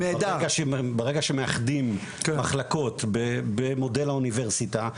ברגע שמאחדים מחלקות במודל האוניברסיטה,